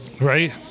Right